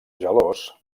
gelós